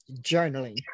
journaling